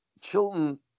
Chilton